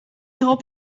drop